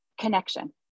connection